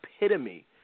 epitome